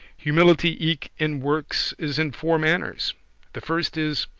humility eke in works is in four manners the first is,